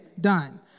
Done